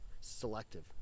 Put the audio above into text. selective